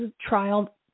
trial